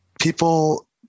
People